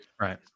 Right